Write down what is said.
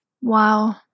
Wow